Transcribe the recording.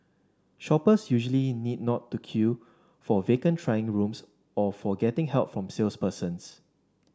shoppers usually need not to queue for vacant trying rooms or for getting help from salespersons